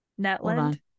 Netland